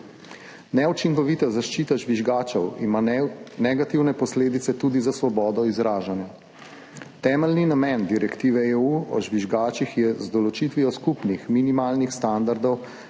Neučinkovita zaščita žvižgačev ima negativne posledice tudi za svobodo izražanja. Temeljni namen direktive EU o žvižgačih je z določitvijo skupnih minimalnih standardov